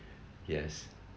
yes